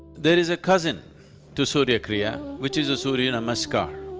there is a cousin to surya kriya, which is a surya namaskar.